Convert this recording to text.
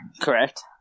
Correct